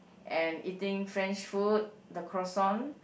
and eating French food the croissant